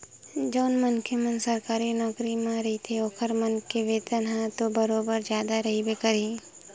जउन मनखे मन ह सरकारी नौकरी म रहिथे ओखर मन के वेतन ह तो बरोबर जादा रहिबे करही